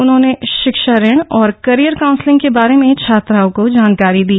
उन्होंने शिक्षा ऋण और करियर काउंसलिंग के बारे में छात्राओं को जानकारी दी